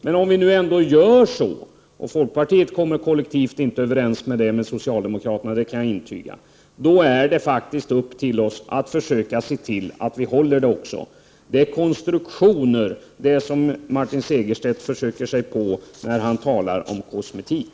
Men om vi ändå gör så — folkpartiet kommer kollektivt inte överens om det här med socialdemokraterna, det kan jag intyga — är det faktiskt upp till oss att försöka se till, att vi också håller löftena. Det är konstruktioner som Martin Segerstedt försöker sig på när han talar om kosmetik.